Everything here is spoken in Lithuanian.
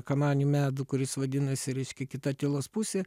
kamanių medų kuris vadinasi reiškia kita tylos pusė